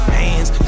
hands